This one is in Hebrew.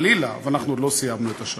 חלילה, אבל, אנחנו עוד לא סיימנו את השנה.